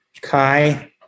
Kai